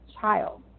child